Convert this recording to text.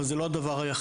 אבל זה לא הדבר היחיד.